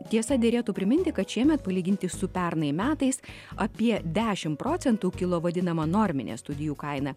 tiesa derėtų priminti kad šiemet palyginti su pernai metais apie dešimt procentų kilo vadinama norminė studijų kaina